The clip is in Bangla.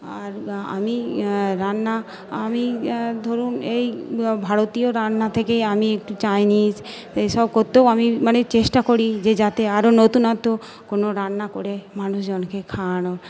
আর আমি রান্না আমি ধরুন এই ভারতীয় রান্না থেকেই আমি একটু চাইনিজ এসব করতেও আমি মানে চেষ্টা করি যে যাতে আরো নতুনত্ব কোনো রান্না করে মানুষজনকে খাওয়ানোর